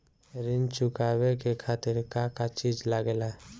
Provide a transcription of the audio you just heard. ऋण चुकावे के खातिर का का चिज लागेला?